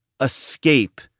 escape